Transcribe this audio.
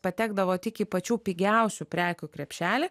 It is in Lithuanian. patekdavo tik į pačių pigiausių prekių krepšelį